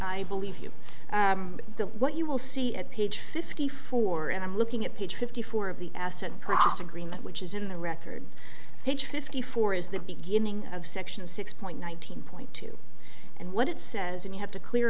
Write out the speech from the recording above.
i believe you get what you will see at page fifty four and i'm looking at page fifty four of the asset cross agreement which is in the record page fifty four is the beginning of section six point one thousand point two and what it says and you have to clear